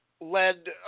led